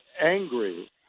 angry